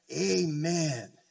Amen